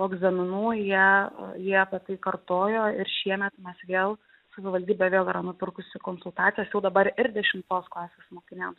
po egzaminų jie jie apie tai kartojo ir šiemet mes vėl savivaldybė vėl yra nupirkusi konsultacijas jau dabar ir dešimtos klasės mokiniams